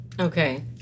Okay